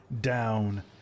down